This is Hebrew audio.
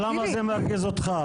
למה זה מרגיז אותך?